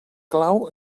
clau